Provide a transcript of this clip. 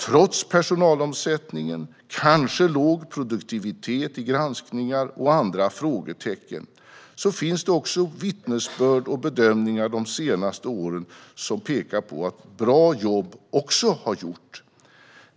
Trots personalomsättningen, kanske låg produktivitet i granskningar och andra frågetecken finns vittnesbörd och bedömningar de senaste åren som pekar på att bra jobb också har gjorts.